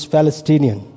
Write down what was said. Palestinian